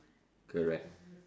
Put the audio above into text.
correct